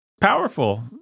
powerful